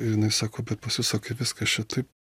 ir jinai sako bet pas jus sako kaip viskas čia taip